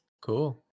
Cool